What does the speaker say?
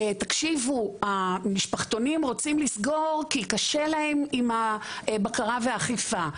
תקשיבו המשפחתונים רוצים לסגור כי קשה להם עם הבקרה והאכיפה,